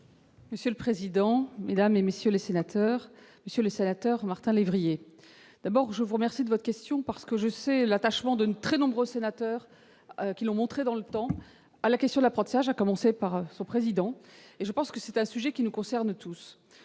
Monsieur le président, Mesdames et messieurs les sénateurs, Monsieur le Sénateur, Martin lévrier d'abord je vous remercie de votre question parce que je sais l'attachement de ne très nombreux sénateurs qui l'ont montré, dans le temps à la question : l'apprentissage, à commencer par son président et je pense que c'est un sujet qui nous concerne tous,